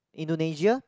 Indonesia